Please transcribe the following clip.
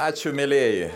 ačiū mielieji